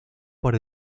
por